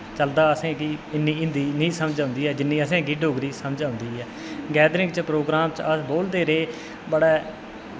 चलदा असेंगी इन्नी हिन्दी नेईं समझ औंदी जिन्नी असेंगी डोगरी समझ औंदी ऐ गैदरिंग च प्रोग्राम च अस बोलदे रेह् बड़ा